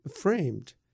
framed